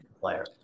player